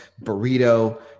burrito